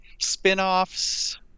spinoffs